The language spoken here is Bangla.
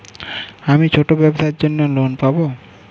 আমি ছোট ব্যবসার জন্য লোন পাব?